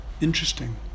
interesting